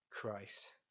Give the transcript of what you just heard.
Christ